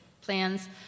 Plans